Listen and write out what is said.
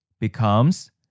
becomes